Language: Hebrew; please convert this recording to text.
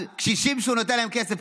על קשישים שהוא נותן להם כסף.